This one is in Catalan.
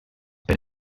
per